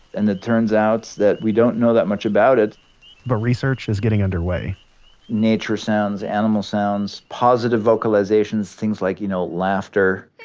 and it turns out that we don't know that much about it but research is getting underway nature sounds, animal sounds, positive vocalizations things like you know laughter.